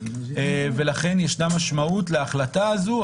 ולכן יש משמעות להחלטה הזאת.